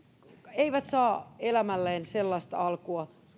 eivät saa elämälleen sellaista alkua